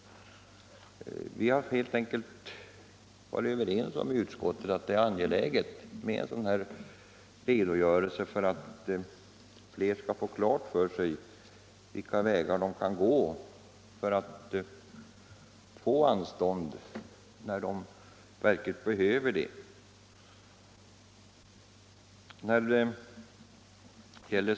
I utskottet har vi varit överens om att det är angeläget med en sådan redogörelse för att allt fler skall få klart för sig vilka vägar de skall gå för att få anstånd när de verkligen behöver det.